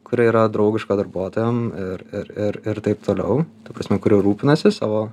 kuri yra draugiška darbuotojam ir ir ir ir taip toliau ta prasme kuri rūpinasi savo